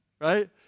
Right